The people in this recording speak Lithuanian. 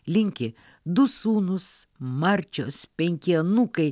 linki du sūnūs marčios penki anūkai